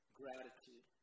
gratitude